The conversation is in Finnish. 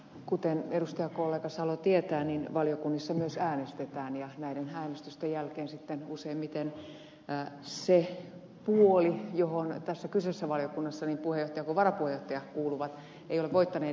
kuten edustajakollega salo tietää niin valiokunnissa myös äänestetään ja näiden äänestysten jälkeen sitten useimmiten se puoli johon tässä kyseisessä valiokunnassa niin puheenjohtaja kuin varapuheenjohtaja kuuluvat ei ole voittaneiden joukossa